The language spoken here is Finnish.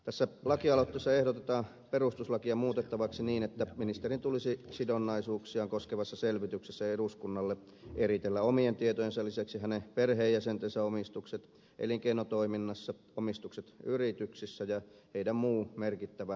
tässä lakialoitteessa ehdotetaan perustuslakia muutettavaksi niin että ministerin tulisi eritellä sidonnaisuuksiaan koskevassa selvityksessä eduskunnalle omien tietojensa lisäksi perheenjäsentensä omistukset elinkeinotoiminnassa omistukset yrityksissä ja heidän muu merkittävä varallisuutensa